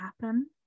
happen